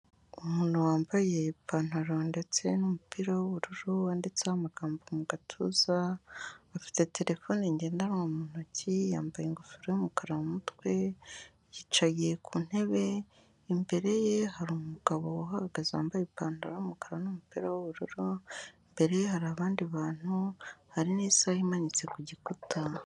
Umuntu wambaye ipantaro ndetse n'umupira w'ubururu wanditseho amagambo mu gatuza, afite terefone ngendanwa mu ntoki, yambaye ingofero y'umukara mu mutwe, yicaye ku ntebe, imbere ye hari umugabo uhahagaze wambaye ipantaro y'umukara n'umupira w'ubururu, imbere ye hari abandi bantu, hari n'isaha imanitse ku gikuta.